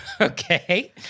Okay